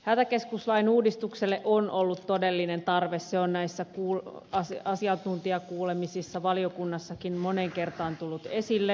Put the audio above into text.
hätäkeskuslain uudistukselle on ollut todellinen tarve se on näissä asiantuntijakuulemisissa valiokunnassakin moneen kertaan tullut esille